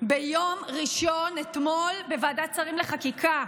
ביום ראשון, אתמול, בוועדת שרים לחקיקה.